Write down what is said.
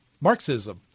Marxism